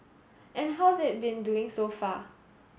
and how's it been doing so far